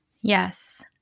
yes